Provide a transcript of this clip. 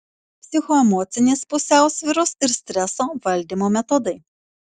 psichoemocinės pusiausvyros ir streso valdymo metodai